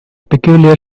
peculiarly